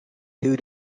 two